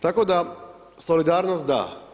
Tako da solidarnost da.